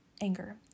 anger